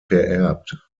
vererbt